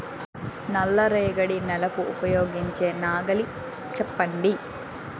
నల్ల రేగడి నెలకు ఉపయోగించే నాగలి చెప్పండి?